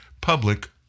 public